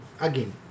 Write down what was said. again